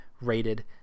rated